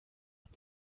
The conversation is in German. und